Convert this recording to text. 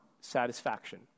satisfaction